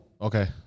Okay